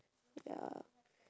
ya